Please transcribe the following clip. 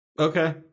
Okay